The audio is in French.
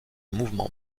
mouvements